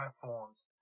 platforms